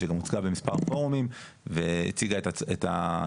שגם הוצגה במספר פורומים והציגה את התועלות